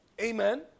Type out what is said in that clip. amen